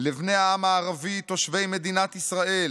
לבני העם הערבי תושבי מדינת ישראל